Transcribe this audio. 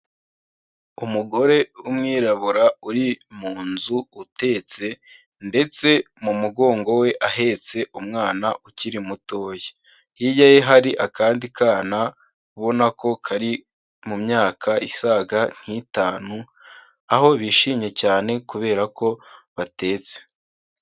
Umugore w'umwirabura uri mu nzu utetse ndetse mu mugongo we ahetse umwana ukiri mutoya, hirya ye hari akandi kana ubona ko kari mu myaka isaga nk'itanu, aho bishimye cyane kubera ko batetse.